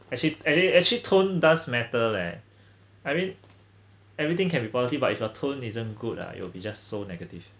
actual~ actual~ actually tone does matter leh I mean everything can be positive but if your tone isn't good ah you'll be just so negative